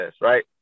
right